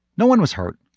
no one was hurt,